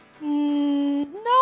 No